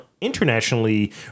internationally